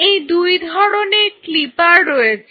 এই দুই ধরনের ক্লিপার রয়েছে